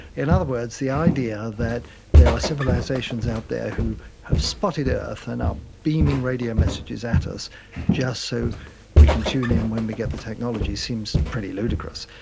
in other words, the idea that there are civilisations out there who have spotted earth and are beaming radio messages at us just so we can tune in when we get the technology seems pretty ludicrous.